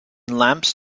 lamps